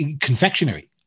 confectionery